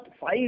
five